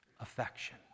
affection